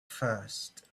first